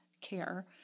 care